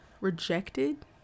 rejected